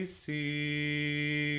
see